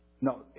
No